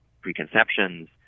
preconceptions